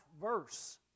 verse